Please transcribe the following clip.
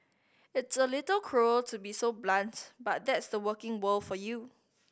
it's a little cruel to be so blunt but that's the working world for you